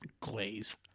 glaze